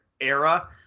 era